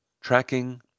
tracking